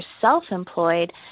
self-employed